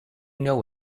know